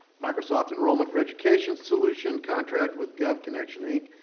microsoft enrollment for education solution contract with govconnection, inc.